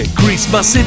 Christmas